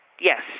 yes